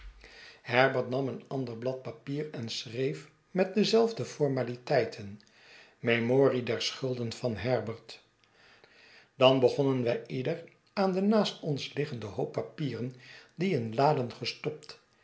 herbert nam een ander blad papier en schreef met dezelfde formaliteiten memorie der schulden van herbert dan begonnen wij ieder aan den iiaast ons liggenden hoop papieren die in laden gestopt